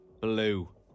Blue